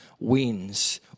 wins